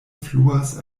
fluas